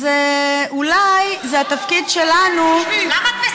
אז אולי זה התפקיד שלנו, למה את מסיתה?